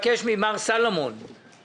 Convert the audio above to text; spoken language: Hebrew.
חס וחלילה שלא יהיו גם קורבנות בנפש,